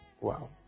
Wow